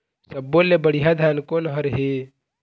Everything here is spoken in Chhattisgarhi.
सब्बो ले बढ़िया धान कोन हर हे?